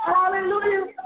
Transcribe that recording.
Hallelujah